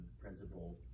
principle